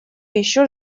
еще